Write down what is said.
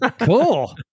cool